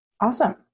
Awesome